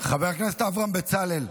חבר הכנסת אברהם בצלאל.